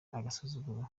agasuzuguro